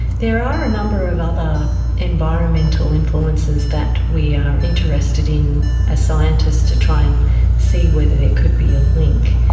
there are a number of other environmental influences that we are interested in as scientists to try and see whether there could be a link.